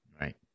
right